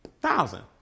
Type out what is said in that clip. Thousand